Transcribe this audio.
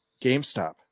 GameStop